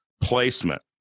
placement